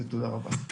תודה רבה.